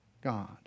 God